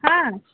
हां